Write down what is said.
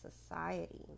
society